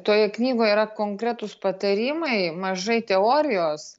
toje knygoje yra konkretūs patarimai mažai teorijos